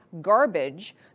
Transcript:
garbage